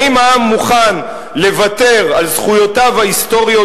האם העם מוכן לוותר על זכויותיו ההיסטוריות,